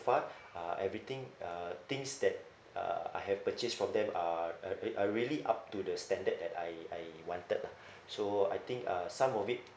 far uh everything uh things that uh I have purchased from them are uh at are really up to the standard that I I wanted lah so I think uh some of it